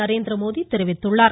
நரேந்திரமோடி தெரிவித்துள்ளார்